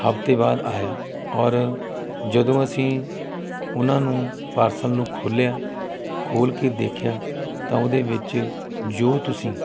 ਹਫਤੇ ਬਾਅਦ ਆਇਆ ਔਰ ਜਦੋਂ ਅਸੀਂ ਉਹਨਾਂ ਨੂੰ ਪਾਰਸਲ ਨੂੰ ਖੋਲ੍ਹਿਆ ਖੋਲ੍ਹ ਕੇ ਦੇਖਿਆ ਤਾਂ ਉਹਦੇ ਵਿੱਚ ਜੋ ਤੁਸੀਂ